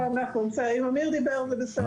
לא, אם אמיר דיבר זה בסדר.